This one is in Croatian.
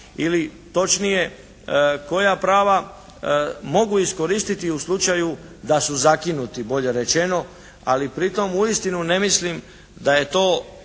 ili točnije koja prava mogu iskoristiti i u slučaju da su zakinuti bolje rečeno. Ali pri tom uistinu ne mislim da je to